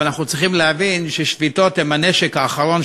אבל אנחנו צריכים להבין ששביתות הן הנשק האחרון